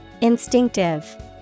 Instinctive